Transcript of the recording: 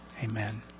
Amen